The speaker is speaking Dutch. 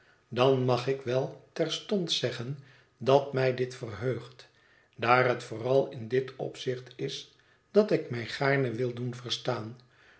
dan mag ik wel terstond zeggen dat mij dit verheugt daar het vooral in dit opzicht is dat ik mij gaarne wil doen verstaan